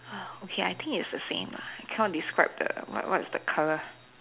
okay I think it's the same lah I cannot describe the what what is the color